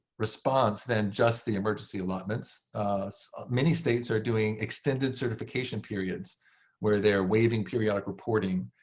response than just the emergency allotments. many states are doing extended certification periods where they are waiving periodic reporting.